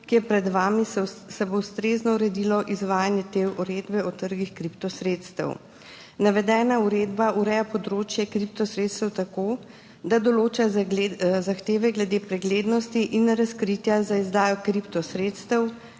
ki je pred vami, se bo ustrezno uredilo izvajanje te uredbe o trgih kriptosredstev. Navedena uredba ureja področje kriptosredstev tako, da določa zahteve glede preglednosti in razkritja za izdajo kriptosredstev,